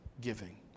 giving